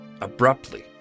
Abruptly